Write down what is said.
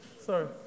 sorry